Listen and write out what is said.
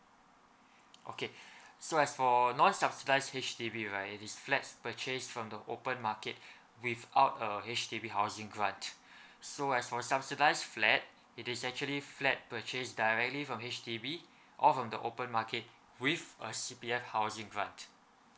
okay so as for non subsidised H_D_B right it's flats purchased from the open market without a H_D_B housing grant so as for subsidised flat it is actually flat purchased directly from H_D_B or from the open market with a C_P_F housing grant